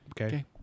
Okay